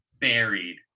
buried